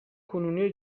کنونی